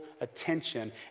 attention